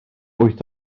wyth